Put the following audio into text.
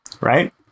right